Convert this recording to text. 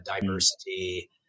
diversity